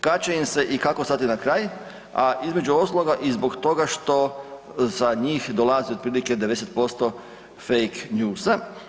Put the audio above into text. Kad će im se i kako stati na kraj, a između ostaloga i zbog toga što za njih dolazi otprilike 90% fake newsa.